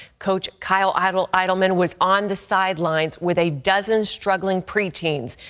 coach kyle idleman idleman was on the sidelines with a dozen struggling preteens.